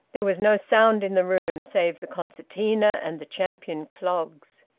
there was no sound in the room, save the concertina and the champion clogs.